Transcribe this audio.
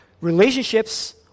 relationships